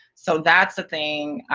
so that's a thing.